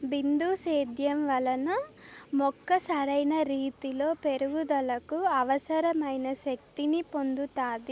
బిందు సేద్యం వలన మొక్క సరైన రీతీలో పెరుగుదలకు అవసరమైన శక్తి ని పొందుతాది